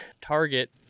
Target